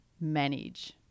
manage